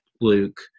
Luke